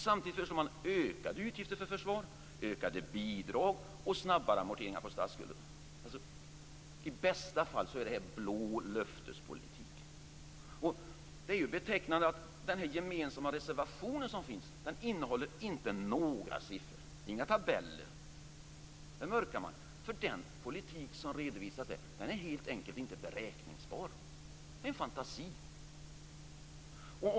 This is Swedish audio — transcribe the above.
Samtidigt föreslår man ökade utgifter för försvar, ökade bidrag och snabbare amorteringar på statsskulden. I bästa fall är detta blå löftespolitik. Det är betecknande att den gemensamma reservation som finns inte innehåller några siffror eller tabeller. Där mörkar man. Den politik som redovisas där är helt enkelt inte beräkningsbar. Den är en fantasi.